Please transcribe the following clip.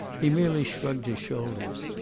he merely shrugged his shoulders.